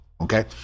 okay